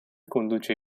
conduce